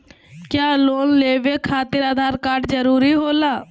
क्या लोन लेवे खातिर आधार कार्ड जरूरी होला?